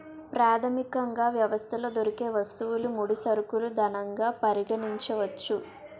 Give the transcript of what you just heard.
ప్రాథమికంగా వ్యవస్థలో దొరికే వస్తువులు ముడి సరుకులు ధనంగా పరిగణించవచ్చు